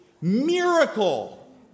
miracle